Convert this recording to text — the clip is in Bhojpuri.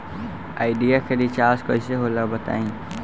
आइडिया के रिचार्ज कइसे होला बताई?